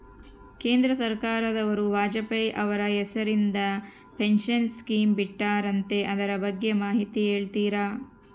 ಕೇಂದ್ರ ಸರ್ಕಾರದವರು ವಾಜಪೇಯಿ ಅವರ ಹೆಸರಿಂದ ಪೆನ್ಶನ್ ಸ್ಕೇಮ್ ಬಿಟ್ಟಾರಂತೆ ಅದರ ಬಗ್ಗೆ ಮಾಹಿತಿ ಹೇಳ್ತೇರಾ?